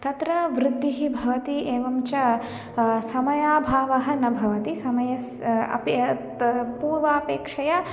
तत्र वृद्धिः भवति एवं च समयाभावः न भवति समयस्य अपि त् पूर्वापेक्षया